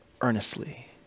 earnestly